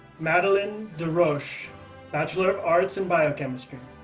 madeline deroche, bachelor of arts in biochemistry.